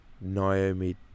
Naomi